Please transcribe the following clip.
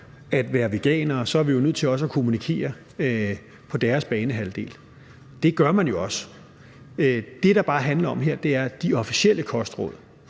at være veganere, er vi jo nødt til også at kommunikere på deres banehalvdel – og det gør man jo også. Det, det bare handler om her, er de officielle kostråd,